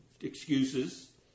excuses